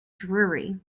dreary